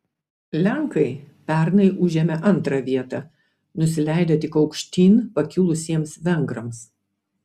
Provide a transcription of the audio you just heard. lenkai pernai užėmė antrą vietą nusileidę tik aukštyn pakilusiems vengrams